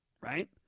right